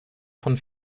von